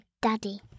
Daddy